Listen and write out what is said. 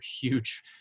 huge